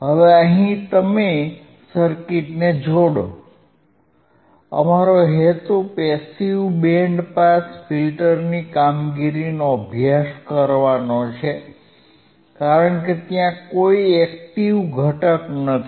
હવે અહિ તમે સર્કિટને જોડો અમારો હેતુ પેસીવ બેન્ડ પાસ ફિલ્ટરની કામગીરીનો અભ્યાસ કરવાનો છે કારણ કે ત્યાં કોઈ એકટીવ ઘટક નથી